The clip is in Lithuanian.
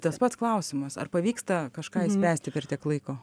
tas pats klausimas ar pavyksta kažką išspręsti per tiek laiko